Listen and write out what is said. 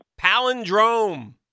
Palindrome